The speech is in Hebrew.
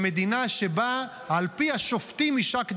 למדינה שבה על פי השופטים יישק דבר.